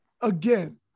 Again